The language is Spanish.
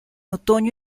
otoño